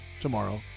tomorrow